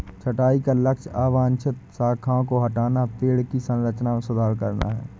छंटाई का लक्ष्य अवांछित शाखाओं को हटाना, पेड़ की संरचना में सुधार करना है